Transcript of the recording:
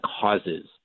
causes